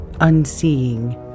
unseeing